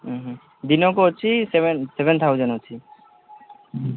ହୁଁ ଦିନକୁ ଅଛି ସେଭେନ୍ ସେଭେନ୍ ଥାଉଜେଣ୍ଡ ଅଛି